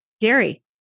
Gary